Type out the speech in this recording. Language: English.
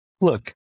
Look